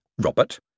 Robert